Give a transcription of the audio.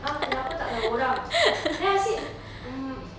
!huh! kenapa tak ada orang then I say mm